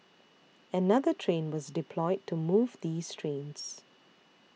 another train was deployed to move these trains